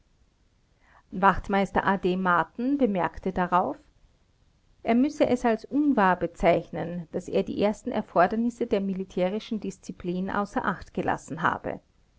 wachtmeister a d marten bemerkte darauf er müsse es als unwahr bezeichnen daß er die ersten erfordernisse der militärischen disziplin außer acht gelassen habe